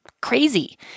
crazy